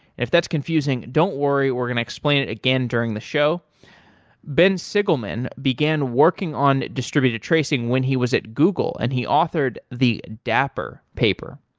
if that's confusing, don't worry we're going to explain it again during the show ben sigelman began working on distributing tracing when he was at google and he authored the dapper paper.